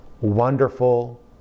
wonderful